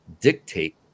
dictate